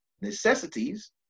necessities